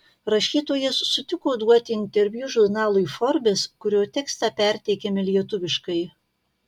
rašytojas sutiko duoti interviu žurnalui forbes kurio tekstą perteikiame lietuviškai